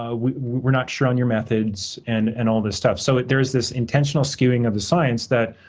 ah we're not sure on your methods, and and all of this stuff. so, there is this intentional skewing of the science that